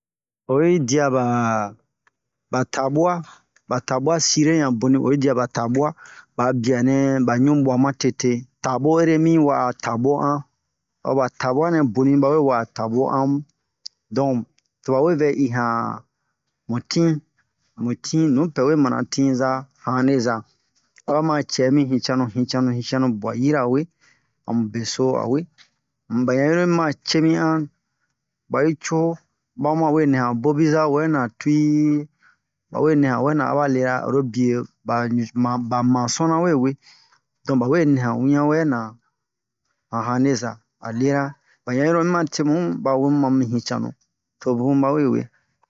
oyi dia ba ba tabu'a ba tabu'a sire yan boni oyi dia ba tabu'a ba'a bianɛ ba ɲu bu'a ma tete tabo ere mi wa'a tabo an o ba tabu'a nɛ boni ba we wa'a tabo an mu don to ba vɛ i han mu tin mu tin nupɛ we mana tinza haneza a ba ma cɛ mi hicanu hicanu hicanu bu'a yirawe a mu be so a we um ba yanro lo mi ma cemi an ba'i co ba ma we nɛ han bobiza wɛ na tu'i ba we nɛ han wɛ na a ba lera oro bie bani ba masona we we don ba we nɛ han wian wɛ na han haneza a lera ba yanro mi ma temu ba we mu ma mi hicanu to bun ba we we ɲɲɲɲɲɲɲ